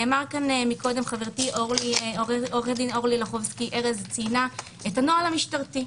מקודם עוה"ד אורלי ארז לחובסקי ציינה את הנוהל המשטרתית.